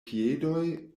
piedoj